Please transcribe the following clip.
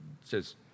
says